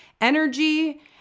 energy